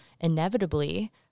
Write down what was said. inevitably